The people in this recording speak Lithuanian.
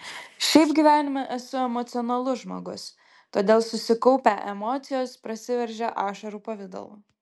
šiaip gyvenime esu emocionalus žmogus todėl susikaupę emocijos prasiveržia ašarų pavidalu